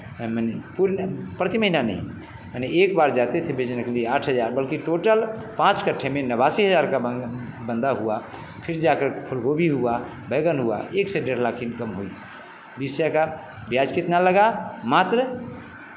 मैंने पूर्ण प्रति महिना नहीं मैंने एक बार जाते थे पेसे रखने के लिए आठ हज़ार बल्कि टोटल पाँच कट्ठे में नवासी हज़ार का बन बंदा हुआ फिर जाकर फूल गोभी हुआ बैगन हुआ एक से डेढ़ लाख इनकम हुई बीस हज़ार का ब्याज कितना लगा मात्र